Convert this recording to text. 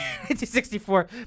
1964